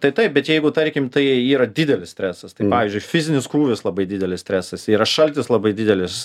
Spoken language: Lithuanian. tai taip bet jeigu tarkim tai yra didelis stresas tai pavyzdžiui fizinis krūvis labai didelis stresas yra šaltis labai didelis